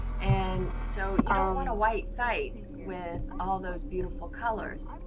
and so you don't want a white site with all those beautiful colors.